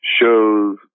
shows